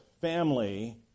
family